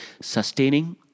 sustaining